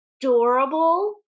adorable